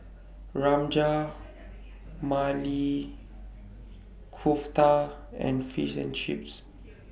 Rajma Maili Kofta and Fish and Chips